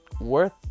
worth